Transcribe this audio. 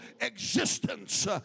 existence